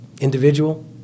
individual